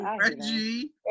Reggie